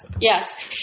yes